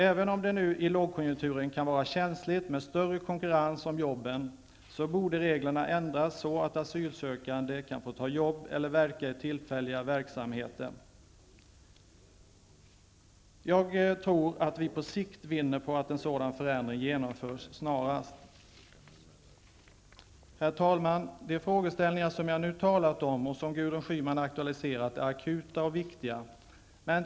Även om det i nuvarande lågkonjunktur kan vara känsligt med större konkurrens om jobben borde reglerna ändras så, att asylsökande kan få ta jobb eller verka i tillfälliga verksamheter. Jag tror att vi på sikt vinner på att en sådan förändring snarast genomförs. Herr talman! De frågeställningar som jag nu har talat om och som Gudrun Schyman aktualiserat är akuta och viktiga.